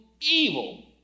evil